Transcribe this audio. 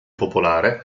popolare